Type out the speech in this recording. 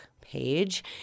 page